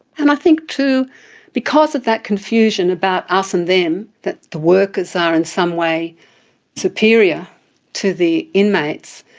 and i think too because of that confusion about us and them, that the workers are in some way superior to the inmates,